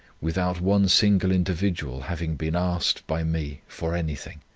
without one single individual having been asked by me for anything.